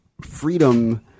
freedom –